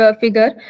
figure